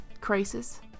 Crisis